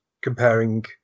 comparing